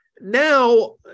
Now